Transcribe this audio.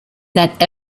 that